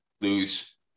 lose